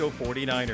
49ERS